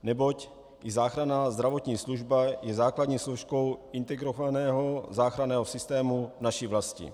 Neboť i záchranná zdravotní služba je základní složkou integrovaného záchranného systému naší vlasti.